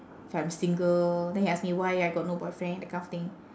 if I'm single then he ask me why I got no boyfriend that kind of thing